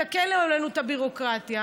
תקלו עלינו את הביורוקרטיה.